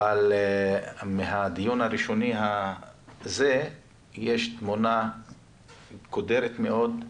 אבל מהדיון הראשוני הזה יש תמונה קודרת מאוד,